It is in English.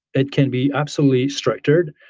it can be absolutely structured,